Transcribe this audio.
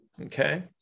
Okay